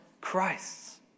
Christ's